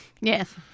Yes